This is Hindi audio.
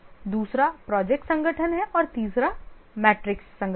दूसरा प्रोजेक्ट संगठन है और तीसरा मैट्रिक्स संगठन है